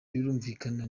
birumvikana